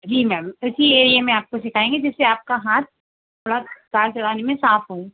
जी ma'am तो इसी area में आपको सिखाएंगे जिससे आपका हाथ थोड़ा कार चलाने में साफ़ हो